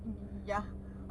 ya